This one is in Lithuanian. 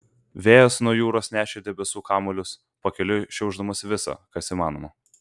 vėjas nuo jūros nešė debesų kamuolius pakeliui šiaušdamas visa kas įmanoma